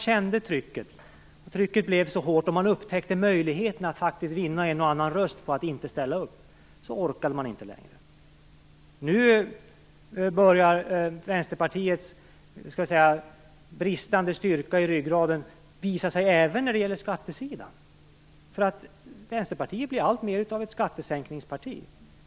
När trycket blev hårt och man upptäckte möjligheten att vinna en och annan röst på att inte ställa upp orkade man inte längre. Nu börjar Vänsterpartiets bristande styrka i ryggraden visa sig även på skattesidan. Vänsterpartiet blir alltmer av ett skattesänkningsparti.